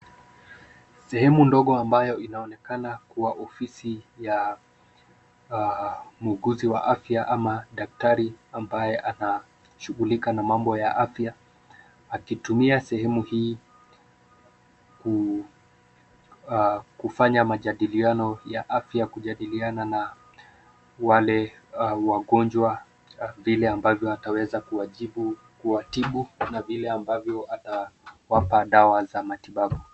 Sehemu ndogo ambayo inaonekana kuwa ofisi ya muuguzi wa afya ama daktari ambaye anashughulika na mambo ya afya, akitumia sehemu hii kufanya majadiliano ya afya, kujadiliana na wale wagonjwa, vile ambavyo ataweza kuwatibu na vile ambavyo atawapa dawa za matibabu.